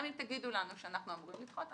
גם אם תגידו לנו שאנחנו אמורים לדחות,